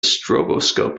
stroboscope